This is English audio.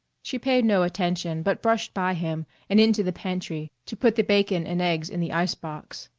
she paid no attention but brushed by him and into the pantry to put the bacon and eggs in the ice-box.